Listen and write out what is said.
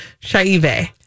Shaive